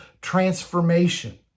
transformation